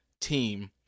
team